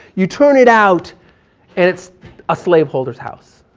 you turn it out and it's a slave holders house.